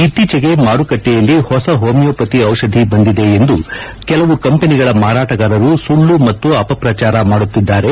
ಇತ್ತೀಚೆಗೆ ಮಾರುಕಟ್ನೆಯಲ್ಲಿ ಹೊಸ ಹೊಮಿಯೋಪತಿ ಟಿಷಧಿ ಬಂದಿದೆ ಎಂದು ಕೆಲವು ಕಂಪನಿಗಳ ಮಾರಾಟಗಾರರು ಸುಳ್ನು ಮತ್ತು ಅಪಪ್ರಚಾರ ಮಾಡುತ್ತಿದ್ದಾರೆ